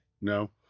No